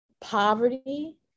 poverty